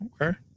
Okay